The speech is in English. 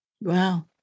Wow